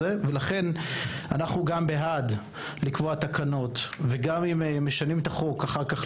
לכן אנחנו גם בעד לקבוע תקנות וגם אם משנים את החוק אחר כך,